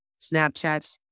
Snapchats